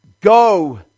Go